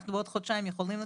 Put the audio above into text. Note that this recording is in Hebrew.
בעוד חודשיים אנחנו יכולים לתת,